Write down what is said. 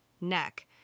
Neck